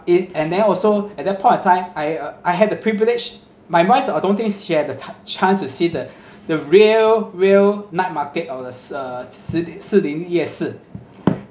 it and then also at that point of time I I had the privilege my wife I don't think she had the ti~ chance to see the the real real night market all this uh 士林夜市